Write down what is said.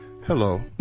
Hello